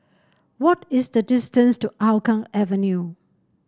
what is the distance to Hougang Avenue